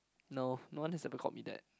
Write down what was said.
no no one has ever called me that